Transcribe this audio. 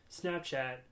Snapchat